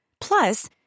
Plus